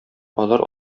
алар